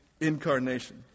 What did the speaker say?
Incarnation